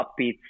upbeat